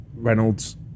Reynolds